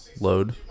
load